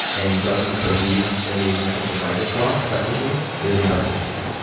and doesn't believe in the existence of writer's block effectively, is impressive to me.